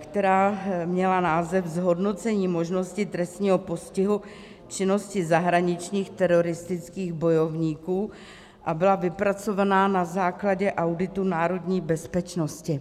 která měla název Zhodnocení možnosti trestního postihu činnosti zahraničních teroristických bojovníků a byla vypracována na základu auditu národní bezpečnosti.